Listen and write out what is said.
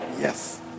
Yes